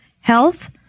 health